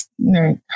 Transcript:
Right